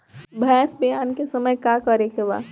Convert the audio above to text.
भैंस ब्यान के समय का करेके बा?